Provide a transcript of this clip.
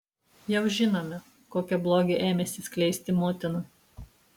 jau žinome kokį blogį ėmėsi skleisti motina